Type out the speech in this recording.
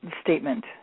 statement